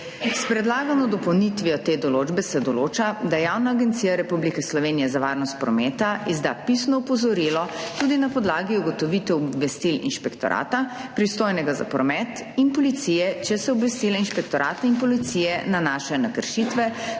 S predlagano dopolnitvijo te določbe se določa, da Javna agencija Republike Slovenije za varnost prometa izda pisno opozorilo tudi na podlagi ugotovitev obvestil inšpektorata, pristojnega za promet, in policije, če se obvestila inšpektorata in policije nanašajo na kršitve,